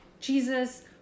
Jesus